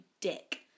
dick